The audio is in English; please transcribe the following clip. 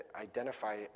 identify